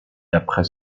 d’après